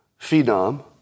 phenom